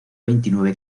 veintinueve